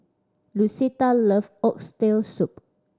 Lucetta loves Oxtail Soup